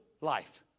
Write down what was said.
life